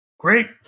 Great